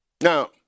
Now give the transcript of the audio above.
Now